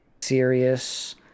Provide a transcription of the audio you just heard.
serious